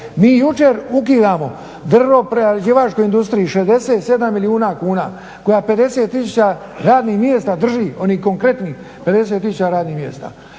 Mi jučer ukidamo drvo-prerađivačkoj industriji 67 milijuna kuna koja 50 tisuća radnih mjesta drži, onih konkretnih 50 tisuća radnih mjesta.